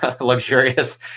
luxurious